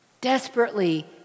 Desperately